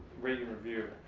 rate and review.